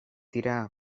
dira